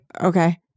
okay